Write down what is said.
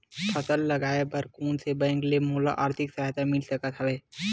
फसल लगाये बर कोन से बैंक ले मोला आर्थिक सहायता मिल सकत हवय?